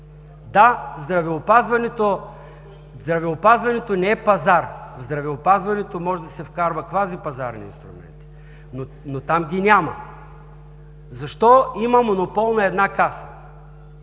Да, здравеопазването не е пазар. В здравеопазването може да се вкарват квазипазарни инструменти, но там ги няма. Защо има монопол на една каса?